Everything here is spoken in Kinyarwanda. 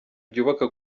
byubaka